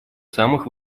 самых